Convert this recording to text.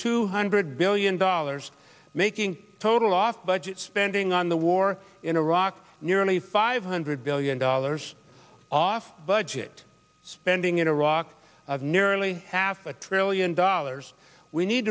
two hundred billion dollars making total off budget spending on the war in iraq nearly five hundred billion dollars off budget spending in iraq nearly half a trillion dollars we need